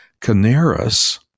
Canaris